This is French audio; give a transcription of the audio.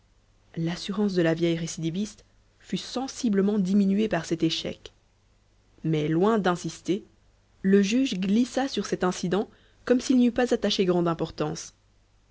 l'assurance de la vieille récidiviste fut sensiblement diminuée par cet échec mais loin d'insister le juge glissa sur cet incident comme s'il n'y eût pas attaché grande importance